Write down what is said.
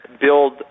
build